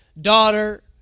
daughter